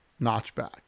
notchback